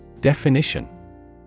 Definition